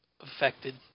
affected